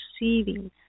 receiving